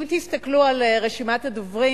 אם תסתכלו על רשימת הדוברים,